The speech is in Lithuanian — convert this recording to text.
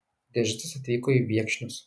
dežicas atvyko į viekšnius